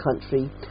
country